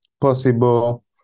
possible